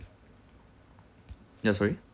ya sorry